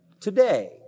today